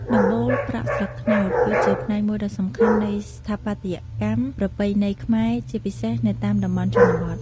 ដំបូលប្រក់ស្លឹកត្នោត គឺជាផ្នែកមួយដ៏សំខាន់នៃស្ថាបត្យកម្មប្រពៃណីខ្មែរ ជាពិសេសនៅតាមតំបន់ជនបទ។